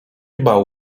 bał